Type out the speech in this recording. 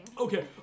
Okay